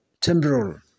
temporal